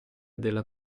della